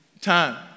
time